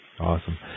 Awesome